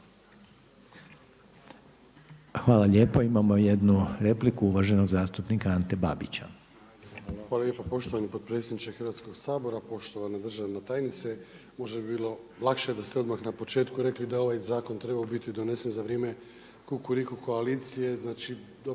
Hvala lijepa. Imamo jednu repliku, uvaženog zastupnika Mire Bulja.